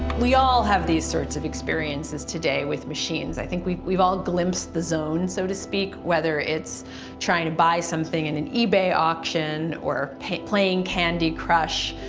we all have these sorts of experiences today with machines, i think we've we've all glimpsed the zone so to speak, whether it's trying to buy something in an ebay auction, or playing candy crush,